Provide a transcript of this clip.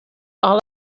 all